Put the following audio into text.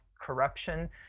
corruption